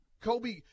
Kobe